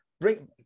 Bring